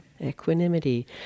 Equanimity